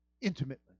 intimately